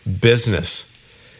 business